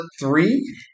three